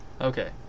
Okay